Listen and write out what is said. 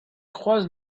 croise